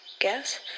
guess